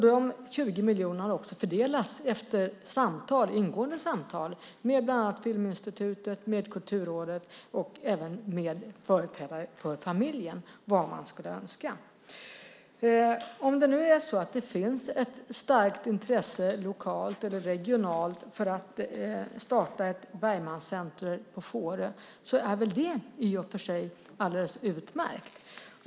De 20 miljonerna har fördelats efter ingående samtal med bland annat Filminstitutet, Kulturrådet och företrädare för familjen om vad man skulle önska. Om det nu är så att det finns ett starkt intresse lokalt eller regionalt för att starta ett Bergmancentrum på Fårö är det väl i och för sig alldeles utmärkt.